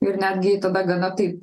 ir netgi tada gana taip